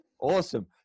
Awesome